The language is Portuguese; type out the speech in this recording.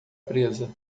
presa